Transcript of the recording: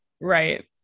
Right